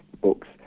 books